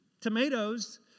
tomatoes